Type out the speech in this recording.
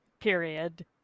period